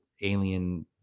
alien